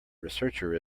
researcher